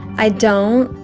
i don't.